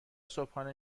صبحانه